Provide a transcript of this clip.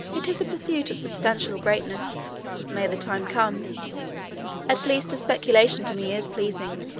it is a pursuit of substantial greatness may the time come at least the speculation to me is pleasing